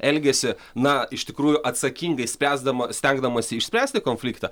elgiasi na iš tikrųjų atsakingai spręsdama stengdamasi išspręsti konfliktą